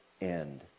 end